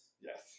Yes